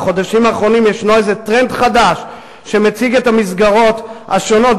"בחודשים האחרונים יש איזה טרנד חדש שמציג את המסגרות השונות,